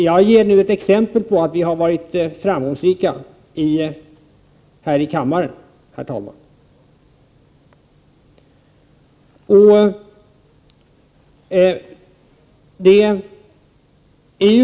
Herr talman! Jag ger nu exempel på att vi har varit framgångsrika här i kammaren.